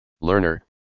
Learner